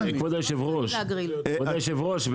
כבוד היושב-ראש,